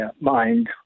mind